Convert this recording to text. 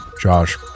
Josh